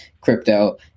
crypto